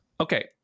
Okay